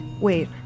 Wait